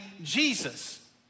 Jesus